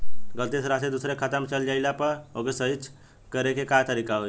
गलती से राशि दूसर के खाता में चल जइला पर ओके सहीक्ष करे के का तरीका होई?